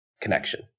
connection